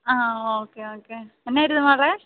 ആ okay okay എന്തായിരുന്നു മോളെ